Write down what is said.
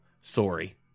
sorry